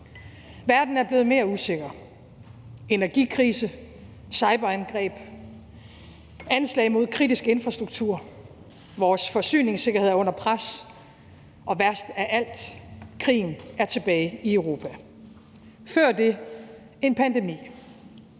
Verden er blevet mere usikker: energikrise, cyberangreb, anslag mod kritisk infrastruktur. Vores forsyningssikkerhed er under pres. Og værst af alt: Krigen er tilbage i Europa. Før det en pandemi.